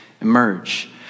emerge